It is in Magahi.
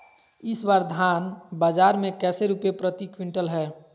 इस बार धान बाजार मे कैसे रुपए प्रति क्विंटल है?